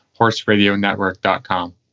horseradionetwork.com